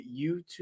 YouTube